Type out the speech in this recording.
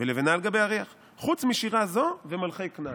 ולבנה על גבי אריח, "חוץ משירה זו ומלכי כנען"